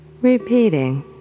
Repeating